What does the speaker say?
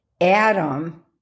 Adam